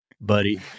buddy